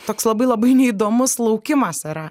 toks labai labai neįdomus laukimas yra